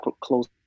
close